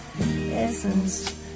essence